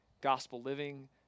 gospel-living